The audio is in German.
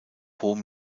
hohem